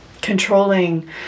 Controlling